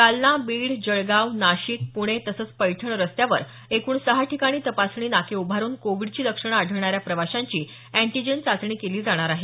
जालना बीड जळगाव नाशिक पुणे तसंच पैठण रस्त्यावर एकूण सहा ठिकाणी तपासणी नाके उभारून कोविडची लक्षणं आढळणाऱ्या प्रवाशांची अँटिजेन चाचणी केली जाणार आहे